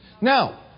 Now